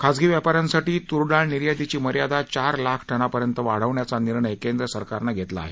खाजगी व्यापाऱ्यांसाठी तूरडाळ निर्यातीची मर्यादा चार लाख टनापर्यंत वाढवायचा निर्णय केंद्र सरकारनं घेतला आहे